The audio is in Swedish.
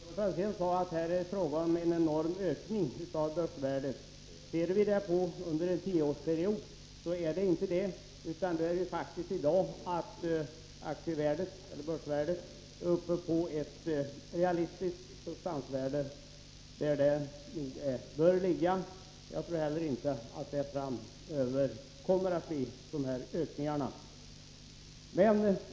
Herr talman! Ett kort svar till Tommy Franzén, som sade att det här är fråga om en enorm ökning av börsvärdena. Ser man till utvecklingen under en tioårsperiod, finner man emellertid att så inte är fallet. Börsvärdena motsvarar i dag ett realistiskt substansvärde, vilket de bör göra. Jag tror inte att det framöver kommer att bli så stora ökningar.